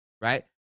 right